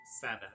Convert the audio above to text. Seven